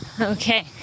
Okay